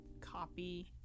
copy